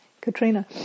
Katrina